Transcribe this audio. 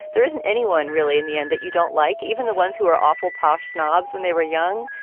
there isn't anyone really in the end that you don't like, even the ones who are awful posh snobs when they were young.